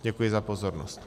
Děkuji za pozornost.